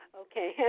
Okay